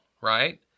right